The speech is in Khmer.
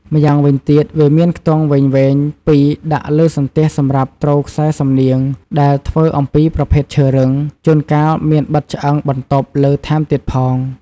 ម្យ៉ាងវិញទៀត វាមានខ្ទង់វែងៗ២ដាក់លើសន្ទះសំរាប់ទ្រខ្សែសំនៀង ដែលធ្វើអំពីប្រភេទឈើរឹង ជួនកាលមានបិទឆ្អឹងបន្ដុបលើថែមទៀតផង។